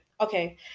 Okay